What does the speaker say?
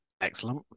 Excellent